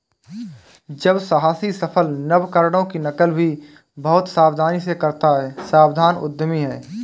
जब साहसी सफल नवकरणों की नकल भी बहुत सावधानी से करता है सावधान उद्यमी है